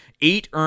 eight